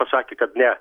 pasakė kad ne